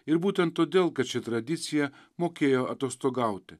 ir būtent todėl kad ši tradicija mokėjo atostogauti